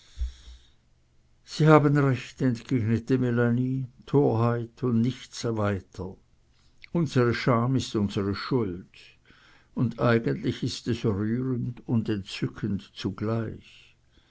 sie haben recht entgegnete melanie torheit und nichts weiter unsere scham ist unsere schuld und eigentlich ist es rührend und entzückend zugleich